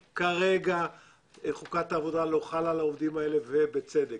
כרגע חוקת העבודה לא חלה על העובדים האלה ובצדק.